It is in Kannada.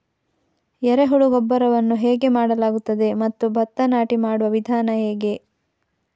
ಎರೆಹುಳು ಗೊಬ್ಬರವನ್ನು ಹೇಗೆ ಮಾಡಲಾಗುತ್ತದೆ ಮತ್ತು ಭತ್ತ ನಾಟಿ ಮಾಡುವ ವಿಧಾನ ಹೇಗೆ?